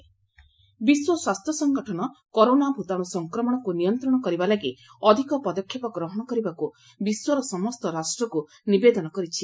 WHO corona ବିଶ୍ୱ ସ୍ୱାସ୍ଥ୍ୟ ସଙ୍ଗଠନ କରୋନା ଭୂତାଣୁ ସଂକ୍ରମଣକୁ ନିୟନ୍ତ୍ରଣ କରିବା ଲାଗି ଅଧିକ ପଦକ୍ଷେପ ଗ୍ରହଣ କରିବାକୁ ବିଶ୍ୱର ସମସ୍ତ ରାଷ୍ଟ୍ରକୁ ନିବେଦନ କରିଛି